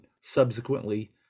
subsequently